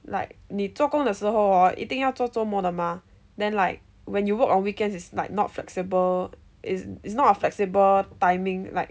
like 你做工的时候 hor 一定要做周末的 mah then like when you work on weekends it's like not flexible is it's not a flexible timing like